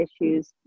issues